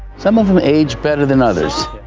some of them age better than others.